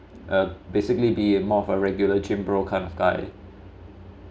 uh basically be more of a regular gym bro kind of guy